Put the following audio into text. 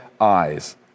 eyes